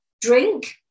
drink